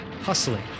hustling